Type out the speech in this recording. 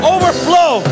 Overflow